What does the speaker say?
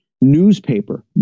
newspaper